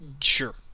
Sure